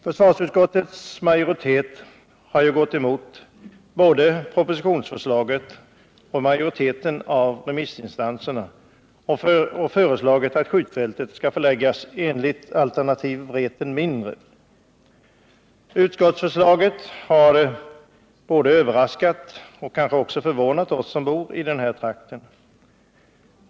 Försvarsutskottets majoritet har gått emot både propositionsförslaget och majoriteten av remissinstanserna och föreslagit att skjutfältet skall förläggas enligt alternativet Vreten mindre. Utskottsförslaget har både överraskat och förvånat oss som bor i den trakten.